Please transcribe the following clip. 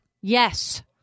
Yes